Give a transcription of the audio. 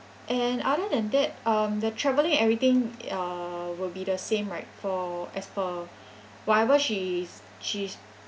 and other than that um the travelling everything uh will be the same right for as for whatever she's she's